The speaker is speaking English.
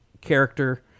character